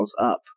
up